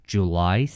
July